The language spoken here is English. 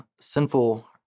sinful